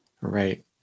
Right